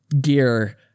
gear